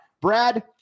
Brad